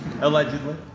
Allegedly